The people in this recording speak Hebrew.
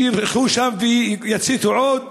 שילכו לשם ויציתו עוד,